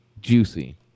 Juicy